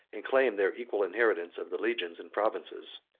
and claimed their equal inheritance of the legions and provinces.